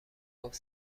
گفت